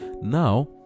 Now